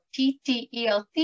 TTELT